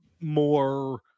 more